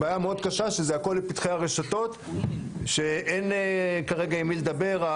בעיה מאוד קשה שזה הכול לפתחי הרשתות שאין כרגע עם מי לדבר.